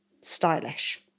stylish